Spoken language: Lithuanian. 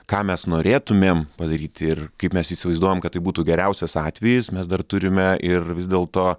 ką mes norėtumėm padaryti ir kaip mes įsivaizduojam kad tai būtų geriausias atvejis mes dar turime ir vis dėlto